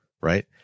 Right